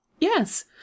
Yes